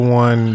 one